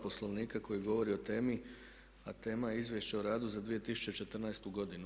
Poslovnika koji govori o temi, a tema je Izvješće o radu za 2014. godinu.